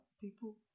people